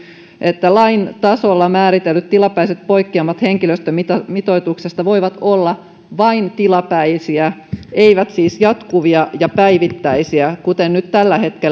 että lain tasolla määritellyt tilapäiset poikkeamat henkilöstömitoituksesta voivat olla vain tilapäisiä eivät siis jatkuvia ja päivittäisiä kuten nyt tällä hetkellä